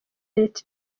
leta